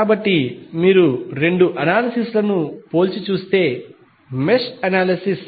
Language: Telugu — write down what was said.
కాబట్టి మీరు రెండు అనాలిసిస్ లను పోల్చి చూస్తే మెష్ అనాలిసిస్